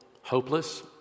hopeless